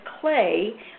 clay